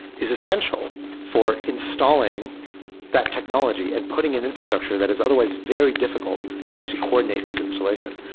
is essential for installing that technology and putting an infrastructure that is otherwise very difficult to actually coordinate its installation.